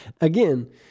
again